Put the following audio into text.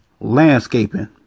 Landscaping